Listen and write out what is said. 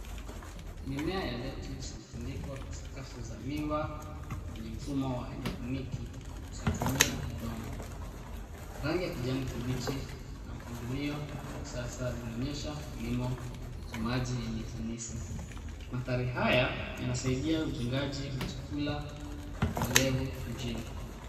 Mimea ya lettuce imetundikwa kwa sakafu za miwa kwenye mfumo wa haidroponiki usio tumia udongo. Rangi ya kijani kibichi na mpangilio wa kisasa vinaonyesha kilimo cha maji yenye ufanisi. Mandhari haya yanasaidia ujengaji wa chakula endelevu mjini.